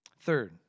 Third